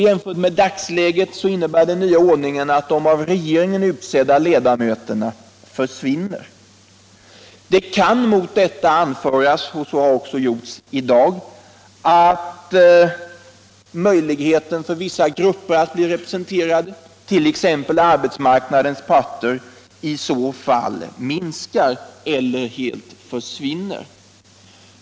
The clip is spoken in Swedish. Jämfört med dagsläget innebär den nya ordningen att de av regeringen utsedda ledamöterna försvinner. Mot detta kan anföras, vilket också har gjorts här i dag, att möjligheten att låta särskilda grupper, t.ex. arbetsmarknadens parter, bli representerade i förtroendemannastyrelsen då minskar eller försvinner.